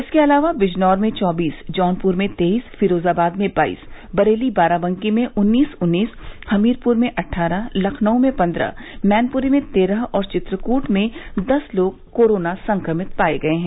इसके अलावा बिजनौर में चौबीस जौनपुर में तेईस फिरोजाबाद में बाइस बरेली बाराबंकी में उन्नीस उन्नीस हमीरपुर में अट्गरह लखनऊ में पंद्रह मैनपुरी में तेरह और चित्रकूट में दस लोग कोरोना संक्रमित पाए गए हैं